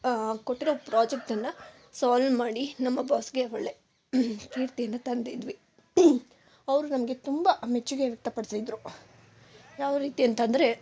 ಕೊಟ್ಟಿರೋ ಪ್ರೊಜೆಕ್ಟನ್ನು ಸ್ವಾಲ್ ಮಾಡಿ ನಮ್ಮ ಬಾಸ್ಗೆ ಒಳ್ಳೆ ಕೀರ್ತಿ ಅನ್ನು ತಂದಿದ್ವಿ ಅವರು ನಮಗೆ ತುಂಬ ಮೆಚ್ಚುಗೆ ವ್ಯಕ್ತಪಡಿಸಿದ್ರು ಯಾವ ರೀತಿ ಅಂತೆಂದ್ರೆ